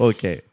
Okay